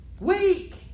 weak